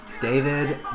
David